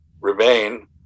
remain